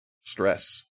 Stress